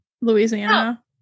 Louisiana